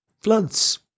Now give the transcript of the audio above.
floods